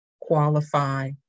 qualify